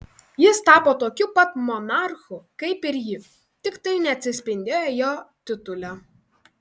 jis tapo tokiu pat monarchu kaip ir ji tik tai neatsispindėjo jo titule